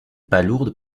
palourdes